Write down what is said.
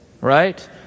right